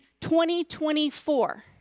2024